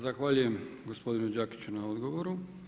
Zahvaljujem gospodinu Đakiću na odgovoru.